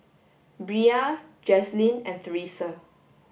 Bria Jazlynn and Theresa